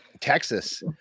Texas